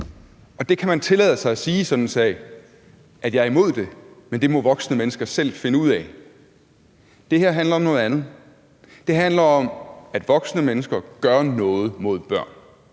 af. Det kan man tillade sig at sige i sådan en sag, altså at man er imod det, men det må voksne mennesker selv finde ud af. Det her handler om noget andet. Det handler om, at voksne mennesker gør noget mod børn.